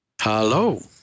Hello